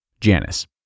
Janice